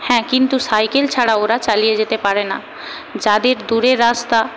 হ্যাঁ কিন্তু সাইকেল ছাড়া ওরা চালিয়ে যেতে পারে না যাদের দূরের রাস্তা